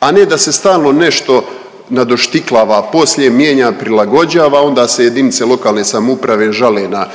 a ne da se stalno nešto nadoštiklava, poslije mijenja, prilagođava, onda se jedinice lokalne samouprave žale na